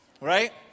right